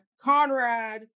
Conrad